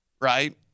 right